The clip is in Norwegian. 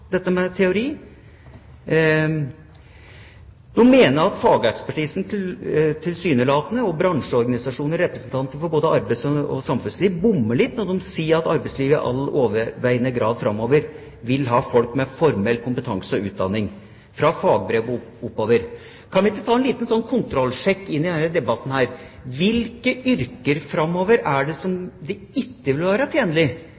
dette med teori? De mener tilsynelatende at fagekspertisen og bransjeorganisasjonene – representanter for både arbeids- og samfunnsliv – bommer litt når de sier at man i arbeidslivet framover i all overveiende grad vil ha folk med formell kompetanse og utdanning, fra fagbrev og oppover. Kan vi ikke ta en liten kontrollsjekk i denne debatten? I hvilke yrker framover vil det ikke være tjenlig